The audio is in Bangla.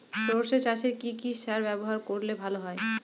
সর্ষে চাসে কি কি সার ব্যবহার করলে ভালো হয়?